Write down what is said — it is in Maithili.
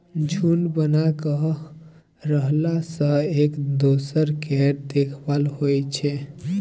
झूंड बना कय रहला सँ एक दोसर केर देखभाल होइ छै